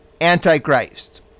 Antichrist